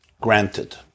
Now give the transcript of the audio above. Granted